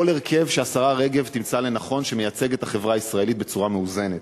כל הרכב שהשרה רגב תמצא לנכון שמייצג את החברה הישראלית בצורה מאוזנת.